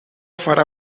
farà